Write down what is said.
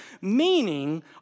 meaning